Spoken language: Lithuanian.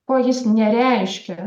ko jis nereiškia